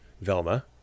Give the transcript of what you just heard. velma